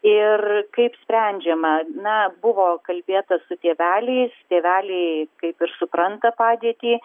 ir kaip sprendžiama na buvo kalbėta su tėveliais tėveliai kaip ir supranta padėtį